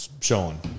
showing